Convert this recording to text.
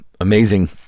amazing